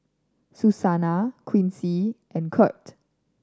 Susana Quincy and Kirt